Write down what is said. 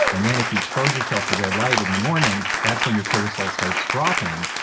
and then, if you expose yourself to red light in the morning, that's when your cortisol starts dropping.